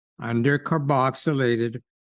undercarboxylated